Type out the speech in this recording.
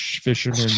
Fisherman